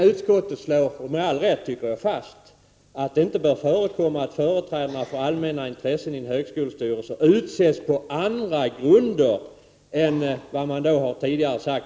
Utskottet vill slutligen uttala att det inte bör förekomma att företrädarna för allmänna intressen i en högskolestyrelse utses på andra grunder än dem som utskottet ovan redogjort för.